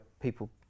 people